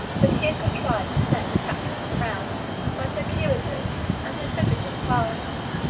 but he had contrived to send detachments around by circuitous and precipitous paths,